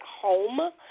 home